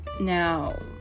Now